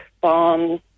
bombs